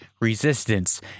resistance